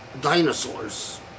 dinosaurs